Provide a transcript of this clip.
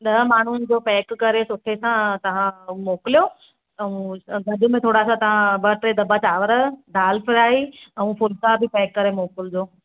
ॾह माण्हुनि जो पैक करे छोके सां तहां मोकिलियो ऐं अ भजी में थोरा सां तव्हां ॿ टे दब्बा चांवर दालि फ्राइ ऐं फुलका बि पैक करे मोकिलिजो